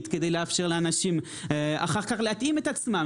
כדי לאפשר לאנשים אחר כך להתאים את עצמם,